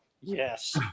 Yes